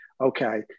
Okay